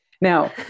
Now